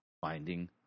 finding